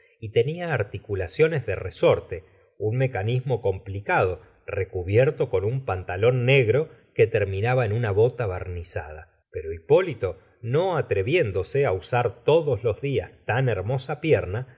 y tenia articulaciones de resorte un mecanismo complicado recubierto con un pantalón negro que terminaba en una bota barnizada pero hipólito no atreviéndose á usar todos los dias tan hermosa pierna